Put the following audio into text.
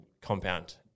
compound